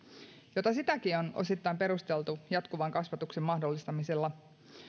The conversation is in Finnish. jota sitäkin on osittain perusteltu jatkuvan kasvatuksen mahdollistamisella